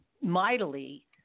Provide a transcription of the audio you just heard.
mightily